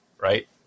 right